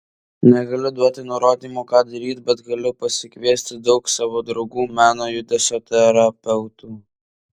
negaliu duoti nurodymų ką daryti bet galiu pasikviesti daug savo draugų meno judesio terapeutų